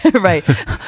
Right